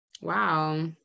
wow